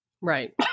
Right